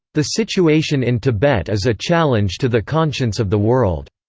the situation in tibet is a challenge to the conscience of the world,